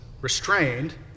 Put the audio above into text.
restrained